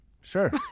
Sure